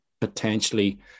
potentially